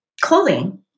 clothing